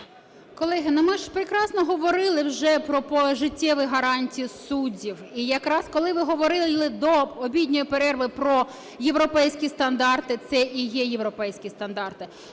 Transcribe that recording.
Колеги, ми ж прекрасно говорили вже про пожиттєві гарантії суддів. І якраз, коли ви говорили до обідньої перерви про європейські стандарти, це і є європейські стандарти.